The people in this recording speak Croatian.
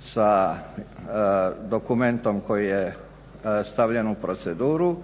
sa dokumentom koji je stavljen u proceduru